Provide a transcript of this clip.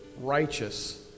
righteous